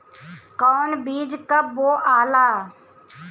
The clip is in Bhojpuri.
कौन बीज कब बोआला?